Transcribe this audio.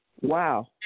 Wow